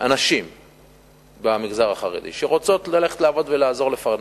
הנשים במגזר החרדי שרוצות ללכת לעבוד ולעזור לפרנס.